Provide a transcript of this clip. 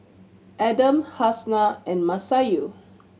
Adam Hafsa and Masayu